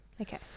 Okay